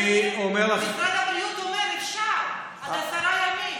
משרד הבריאות אומר שאפשר עד עשרה ימים.